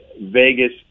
Vegas